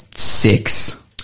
six